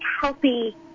healthy